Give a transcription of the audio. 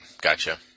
Gotcha